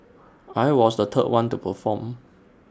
I was the third one to perform